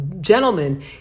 gentlemen